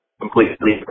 completely